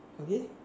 okay